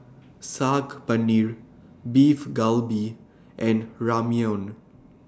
Saag Paneer Beef Galbi and Ramyeon